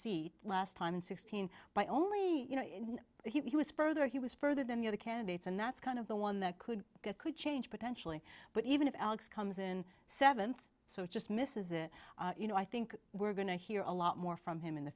seat last time in sixteen by only you know he was further he was further than the other candidates and that's kind of the one that could could change potentially but even if alex comes in seventh so it just misses it you know i think we're going to hear a lot more from him in the